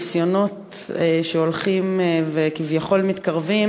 על ניסיונות שהולכים וכביכול מתקרבים